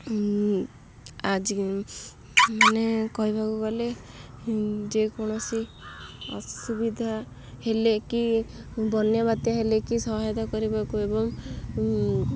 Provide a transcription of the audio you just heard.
ଆଜି ମାନେ କହିବାକୁ ଗଲେ ଯେକୌଣସି ଅସୁବିଧା ହେଲେ କି ବନ୍ୟାବାତ୍ୟା ହେଲେ କି ସହାୟତା କରିବାକୁ ଏବଂ